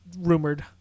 rumored